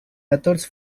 methods